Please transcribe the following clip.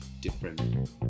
different